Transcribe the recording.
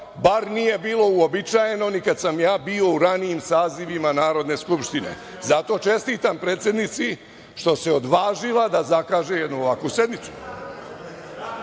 bar nije bilo uobičajeno kada sam bio u ranijim sazivima Narodne skupštine. Zato čestitam predsednici što se odvažila da zakaže jednu ovakvu sednicu.